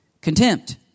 contempt